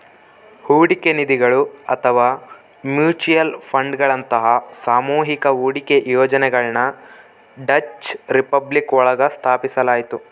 ಹೂಡಿಕೆ ನಿಧಿಗಳು ಅಥವಾ ಮ್ಯೂಚುಯಲ್ ಫಂಡ್ಗಳಂತಹ ಸಾಮೂಹಿಕ ಹೂಡಿಕೆ ಯೋಜನೆಗಳನ್ನ ಡಚ್ ರಿಪಬ್ಲಿಕ್ ಒಳಗ ಸ್ಥಾಪಿಸಲಾಯ್ತು